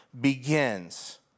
begins